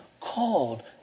Called